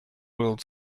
world